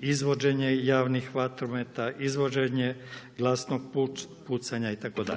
izvođenje javnih vatrometa, izvođenje glasnog pucanja itd.